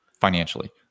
Financially